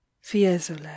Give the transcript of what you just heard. fiesole